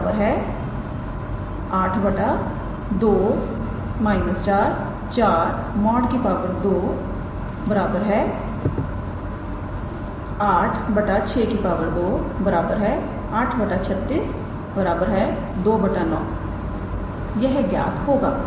2 8 6 2 8 36 2 9 यह ज्ञात होगा